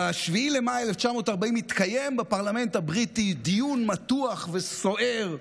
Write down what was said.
ב-7 במאי 1940 התקיים בפרלמנט הבריטי דיון מתוח וסוער,